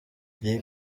iyi